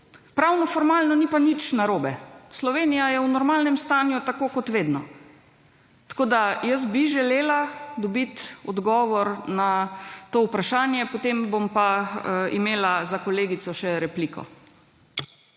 pravno formalno ni pa nič narobe. Slovenija je v normalnem stanju, tako kot vedno. Tako da, jaz bi želela dobit odgovor na to vprašanje, potem bom pa imela za kolegico še repliko.